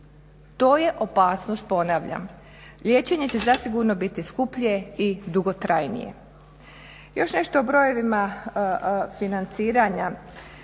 To je opasnost ponavljam. Liječenje će zasigurno biti skuplje i dugotrajnije. Još nešto o brojevima financiranja,